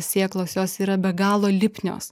sėklos jos yra be galo lipnios